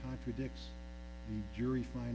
contradicts jury fin